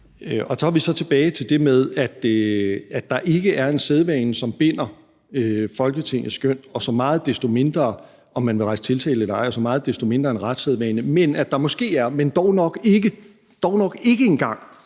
Så er vi tilbage til det med, at der ikke er en sædvane, som binder Folketingets skøn og så meget desto mindre, om man vil rejse tiltale eller ej, og så meget desto mindre en retssædvane, men at der måske er – men dog nok ikke engang